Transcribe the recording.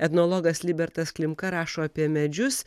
etnologas libertas klimka rašo apie medžius